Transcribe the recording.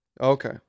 okay